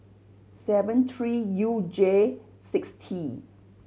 seven three U J six T